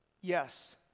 Yes